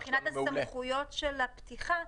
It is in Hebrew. -- מבחינת הסמכויות של הפתיחה.